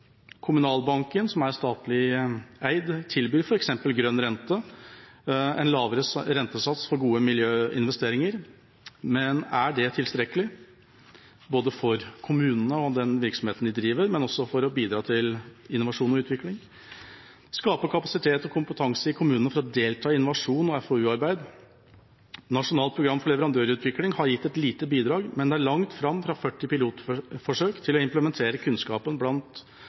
Kommunalbanken, som er statlig eid, tilbyr f.eks. grønn rente, en lavere rentesats for gode miljøinvesteringer, men er det tilstrekkelig, for kommunene og den virksomheten de driver, men også for å bidra til innovasjon og utvikling? Skape kapasitet og kompetanse i kommunene for å delta i innovasjon og FoU-arbeid. Nasjonalt program for leverandørutvikling har gitt et lite bidrag, men det er langt fram fra 50 pilotforsøk til å implementere den kunnskapen blant